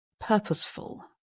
purposeful